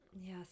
Yes